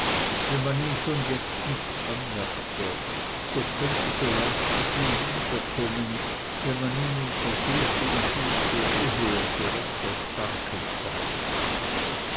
wenn man ihm schon jetzt nichts anmerke so könnte so leicht es ihm wieder kommen wenn man ihn in versuchung führe ehe er so recht erstarket sei